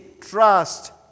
trust